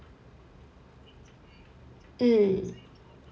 mm